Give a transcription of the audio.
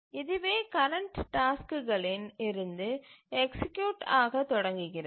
இதுவே கரண்ட் டாஸ்க்குகளில் இருந்து எக்சீக்யூட் ஆக தொடங்குகிறது